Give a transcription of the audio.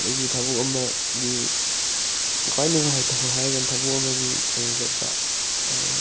ꯑꯩꯒꯤ ꯊꯕꯛ ꯑꯃꯒꯤ ꯈ꯭ꯋꯥꯏ ꯅꯨꯡꯉꯥꯏꯇꯕ ꯍꯥꯏꯔꯒꯅ ꯊꯕꯛ ꯑꯃꯒꯤ ꯀꯩꯅꯣ ꯆꯠꯄ